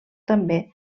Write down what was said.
també